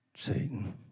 Satan